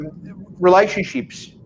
Relationships